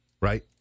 Right